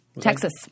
Texas